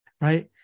Right